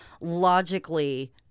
logically